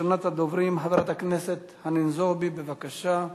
ראשונת הדוברים, חברת הכנסת חנין זועבי, בבקשה.